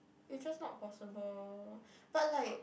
it's just not possible but like